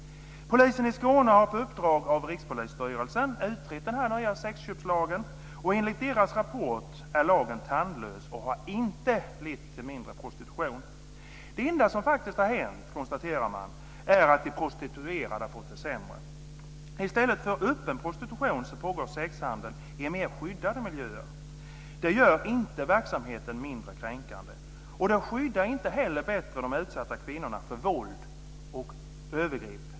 Polisen i Skåne har på uppdrag av Rikspolisstyrelsen utrett den här nya sexköpslagen, och enligt polisens rapport är lagen tandlös och har inte lett till mindre prostitution. Det enda som man konstaterar faktiskt har hänt är att de prostituerade har fått det sämre. I stället för att det är en öppen prostitution pågår sexhandeln i mer skyddade miljöer. Det gör inte verksamheten mindre kränkande, och det skyddar inte heller de utsatta kvinnorna bättre mot våld och övergrepp.